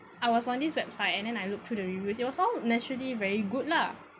I was on this website and then I look through the reviews it was all naturally very good lah